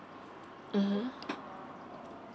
mmhmm